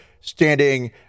standing